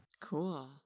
Cool